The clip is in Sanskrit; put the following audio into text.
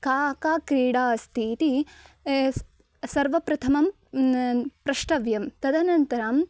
का का क्रीडा अस्ति इति सर्वप्रथमं प्रष्टव्यं तदनन्तरम्